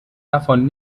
davon